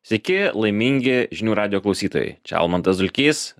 sveiki laimingi žinių radijo klausytojai čia almantas dulkys